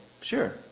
Sure